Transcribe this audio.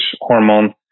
hormone